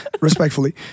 respectfully